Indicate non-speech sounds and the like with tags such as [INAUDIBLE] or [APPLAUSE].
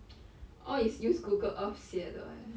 [NOISE] [BREATH] all is use Google earth 写的 eh